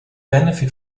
benefit